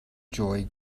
joy